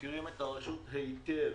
מכירים את הרשות היטב,